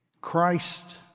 Christ